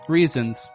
reasons